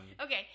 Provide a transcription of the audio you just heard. Okay